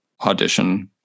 audition